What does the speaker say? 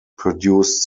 produced